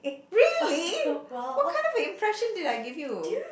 really what kind of impression did I give you